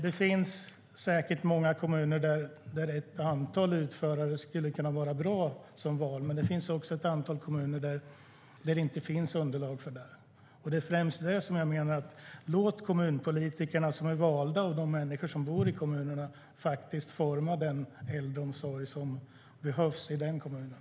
Det finns säkert många kommuner där ett antal utförare skulle kunna vara bra som val, men det finns också ett antal kommuner där det inte finns underlag för det. Det är främst där jag menar att vi ska låta de kommunpolitiker som är valda, och de människor som bor i kommunerna, forma den äldreomsorg som behövs i kommunen.